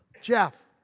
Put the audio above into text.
Jeff